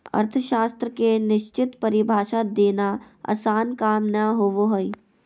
अर्थशास्त्र के निश्चित परिभाषा देना आसन काम नय होबो हइ